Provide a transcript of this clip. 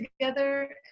together